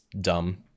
dumb